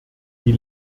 die